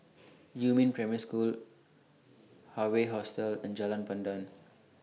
Yumin Primary School Hawaii Hostel and Jalan Pandan